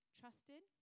trusted